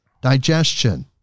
digestion